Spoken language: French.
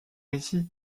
ici